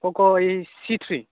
पक' बै सि थ्रि